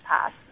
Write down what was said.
past